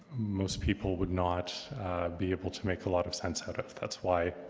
most people would not be able to make a lot of sense out of. that's why.